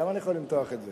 כמה אני יכול למתוח את זה?